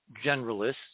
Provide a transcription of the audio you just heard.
generalists